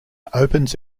opens